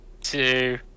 two